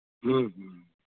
ह्म्म ह्म्म